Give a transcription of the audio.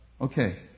Okay